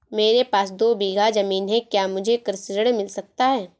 मेरे पास दो बीघा ज़मीन है क्या मुझे कृषि ऋण मिल सकता है?